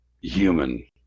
human